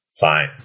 Fine